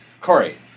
Corey